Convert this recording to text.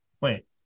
wait